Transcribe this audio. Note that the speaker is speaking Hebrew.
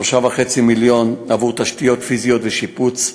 3.5 מיליון עבור תשתיות פיזיות ושיפוץ,